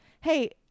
Hey